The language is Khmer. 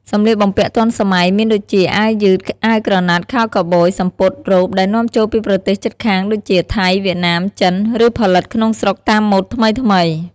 សម្លៀកបំពាក់ទាន់សម័យ មានដូចជា អាវយឺត អាវក្រណាត់ ខោខូវប៊យ សំពត់ រ៉ូប ដែលនាំចូលពីប្រទេសជិតខាង ដូចជា ថៃ វៀតណាម ចិន ឬផលិតក្នុងស្រុកតាមម៉ូដថ្មីៗ។